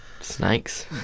Snakes